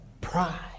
Pride